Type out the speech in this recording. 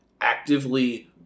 actively